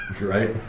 right